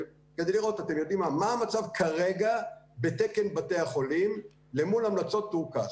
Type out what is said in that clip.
כדי לראות מה המצב כרגע בתקן בתי החולים למול המלצות טור-כספא,